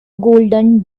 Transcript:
golden